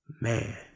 man